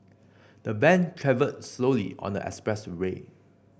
the van travelled slowly on the expressway